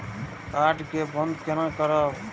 Card के बन्द केना करब?